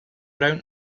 don’t